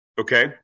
Okay